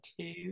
two